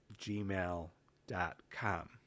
gmail.com